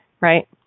right